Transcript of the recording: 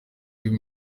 uyu